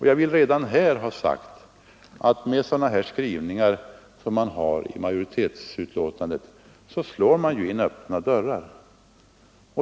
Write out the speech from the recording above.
Jag vill gärna här ha sagt att med sådana skrivningar som majoriteten har slår man in öppna dörrar.